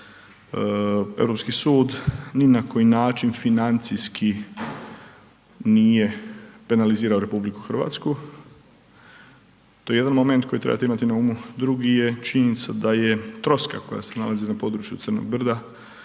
Europski sud ni na koji način financijski nije penalizirao RH, to je jedan moment koji trebate imati na umu, drugu je činjenica da je troska koja se nalazi na području crnog brda